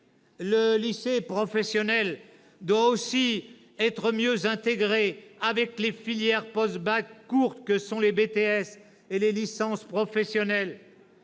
Le lycée professionnel doit aussi être mieux intégré avec les filières post-bac courtes que sont les BTS et les licences professionnelles.